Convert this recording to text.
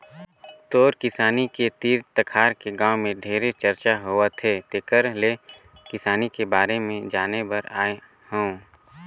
तोर किसानी के तीर तखार के गांव में ढेरे चरचा होवथे तेकर ले किसानी के बारे में जाने बर आये हंव